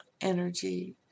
energy